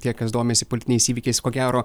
tie kas domisi politiniais įvykiais ko gero